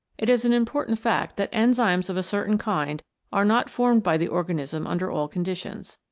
it is an im portant fact that enzymes of a certain kind are not formed by the organism under all conditions.